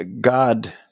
God